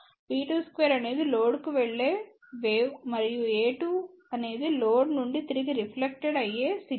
b2 2 అనేది లోడ్కు వెళ్లే వేవ్ మరియు a2 అనేది లోడ్ నుండి తిరిగి రిఫ్లెక్టెడ్ అయ్యే సిగ్నల్